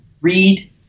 Read